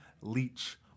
leech